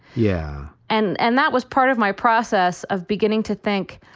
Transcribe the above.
yeah. and and that was part of my process of beginning to think,